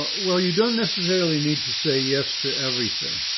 ah well, you don't necessarily need to say yes to everything.